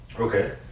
Okay